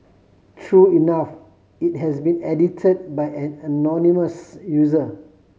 true enough it has been edit by an anonymous user